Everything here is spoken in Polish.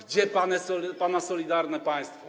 Gdzie pana solidarne państwo?